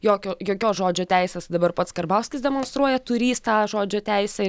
jokio jokios žodžio teisės dabar pats karbauskis demonstruoja turįs tą žodžio teisę